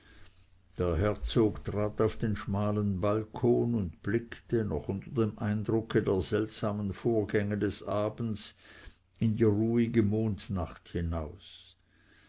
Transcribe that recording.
der herzog trat auf den schmalen balkon und blickte noch unter dem eindrucke der seltsamen vorgänge des abends in die ruhige mondnacht hinaus